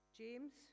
james